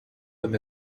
them